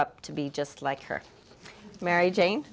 up to be just like her mary jane